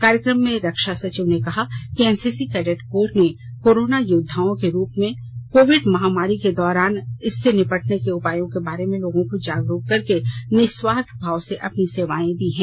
कार्यक्रम में रक्षा सचिव ने कहा कि एनसीसी कैंडेट ने कोरोना योद्वाओं के रूप में कोविड महामारी के दौरान इससे निपटने के उपायों के बारे में लोगों को जागरूक करके निस्वार्थ भाव से अपनी सेवाएं दीं हैं